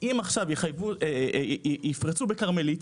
אם עכשיו יפרצו בכרמלית,